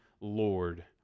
Lord